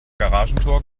garagentor